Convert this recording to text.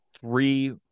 three